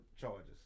charges